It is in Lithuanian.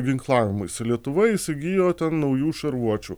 ginklavimuisi lietuva įsigijo naujų šarvuočių